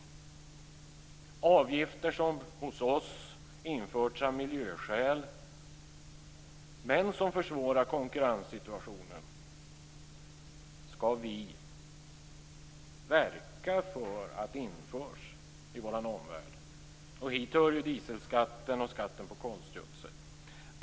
Vi skall verka för att de avgifter som införts hos oss av miljöskäl, och som försvårar konkurrenssituationen, införs i vår omvärld. Hit hör ju dieselskatten och skatten på konstgödsel.